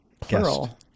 plural